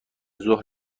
ظهر